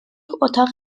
اتاق